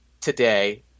today